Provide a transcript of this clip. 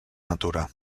natura